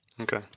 Okay